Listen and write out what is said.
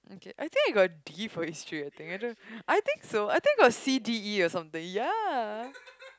I think I got a D for history I think I don't I think so I think I got C D E or something ya